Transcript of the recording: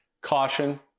Caution